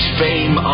fame